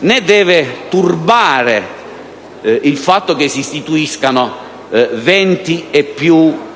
Né deve turbare il fatto che si istituiscano 20 e più